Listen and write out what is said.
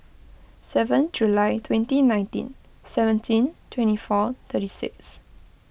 seven July twenty nineteen seventeen twenty four thirty six